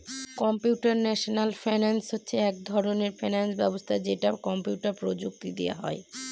computational finance হচ্ছে এক ধরনের ফিনান্স ব্যবস্থা যেটা কম্পিউটার প্রযুক্তি দিয়ে হয়